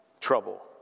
trouble